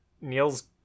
Neil's